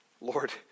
Lord